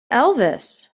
elvis